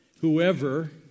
Whoever